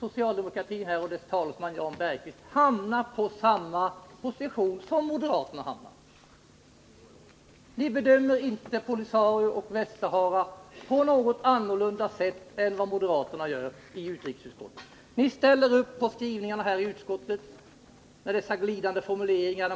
socialdemokratin och dess talesman Jan Bergqvist hamnar i samma position som moderaterna. Ni bedömer inte POLISARIO och Västra Sahara på något annat sätt än vad moderaterna i utrikesutskottet gör. Ni ställer upp på utskottets glidande formuleringar.